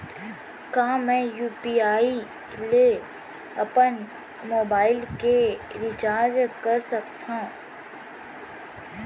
का मैं यू.पी.आई ले अपन मोबाइल के रिचार्ज कर सकथव?